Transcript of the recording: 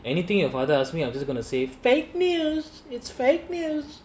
anything your father ask me I'm just going to say fake news it's fake news